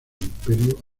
imperio